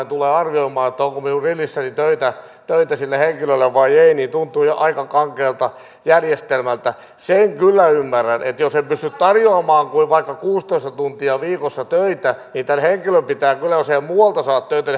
tulee arvioimaan onko minun grillissäni töitä töitä sille henkilölle vai ei mikä tuntuu jo aika kankealta järjestelmältä sen kyllä ymmärrän että jos en pysty tarjoamaan kuin vaikka kuusitoista tuntia viikossa töitä niin tällä henkilöllä pitää kyllä jos hän ei muualta saa töitä